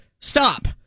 stop